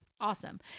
awesome